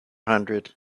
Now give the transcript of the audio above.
hundred